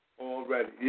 Already